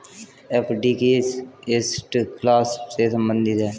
FD किस asset class से संबंधित है?